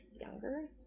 younger